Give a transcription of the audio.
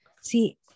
See